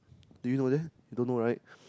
do you know that you don't know right